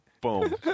boom